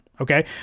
okay